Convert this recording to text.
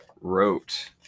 wrote